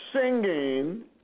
singing